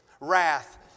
Wrath